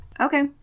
Okay